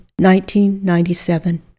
1997